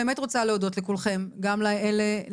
אני באמת רוצה להודות לכולכם - גם לתעשיינים